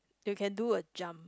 you can do a jump